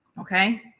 Okay